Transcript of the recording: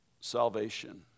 salvation